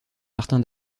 martin